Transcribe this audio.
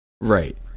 Right